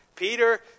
Peter